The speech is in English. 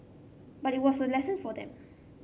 but it was a lesson for them